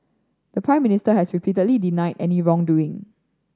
the Prime Minister has repeatedly denied any wrongdoing